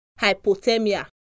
hypothermia